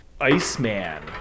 Iceman